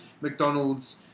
McDonald's